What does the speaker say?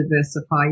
diversify